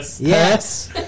Yes